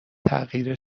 تغییر